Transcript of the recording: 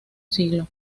siglo